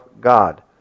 God